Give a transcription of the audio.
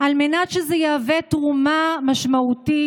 על מנת שזה יהווה תרומה משמעותית,